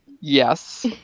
Yes